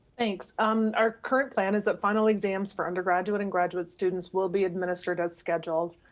thanks. um our current plan is that final exams for undergraduate and graduate students will be administered as scheduled.